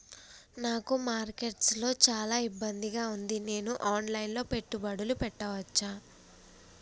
నాకు మార్కెట్స్ లో చాలా ఇబ్బందిగా ఉంది, నేను ఆన్ లైన్ లో పెట్టుబడులు పెట్టవచ్చా?